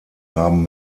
haben